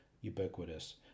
ubiquitous